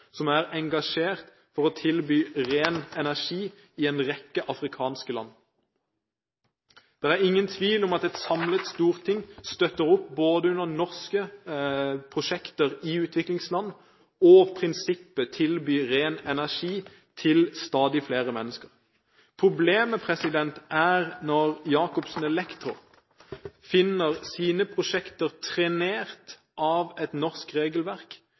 som er engasjert for å tilby ren energi i en rekke afrikanske land. Det er ingen tvil om at et samlet storting både støtter opp under norske prosjekter i utviklingsland og prinsippet å tilby ren energi til stadig flere mennesker. Problemet er når Jacobsen Elektro finner sine prosjekter trenert av et norsk regelverk,